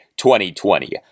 2020